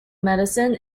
medicine